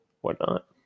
whatnot